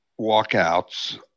walkouts